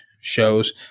shows